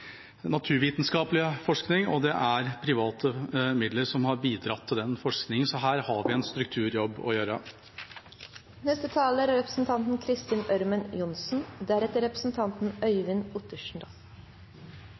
naturvitenskapelige forskning og private midler som har bidratt til den forskningen. Så her har vi en strukturjobb å gjøre. Kristin Ørmen Johnsen